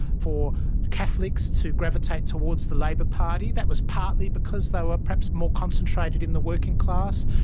for catholics to gravitate towards the labor party. that was partly because they were perhaps more concentrated in the working class,